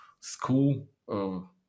school